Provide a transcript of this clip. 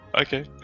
Okay